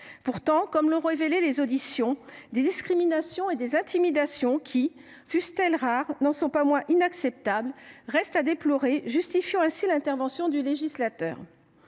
Pourtant, comme l’ont révélé les auditions, des discriminations et des intimidations qui, fussent elles rares, n’en sont pas moins inacceptables, restent à déplorer, justifiant ainsi l’intervention du législateur.